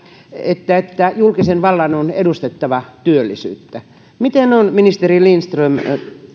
että että julkisen vallan on edistettävä työllisyyttä miten on ministeri lindström